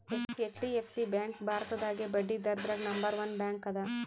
HDFC bank ಭಾರತದಾಗೇ ಬಡ್ಡಿದ್ರದಾಗ್ number one bank ಅದ